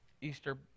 Easter